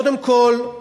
קודם כול,